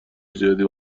زیادی